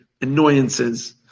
annoyances